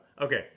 Okay